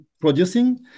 producing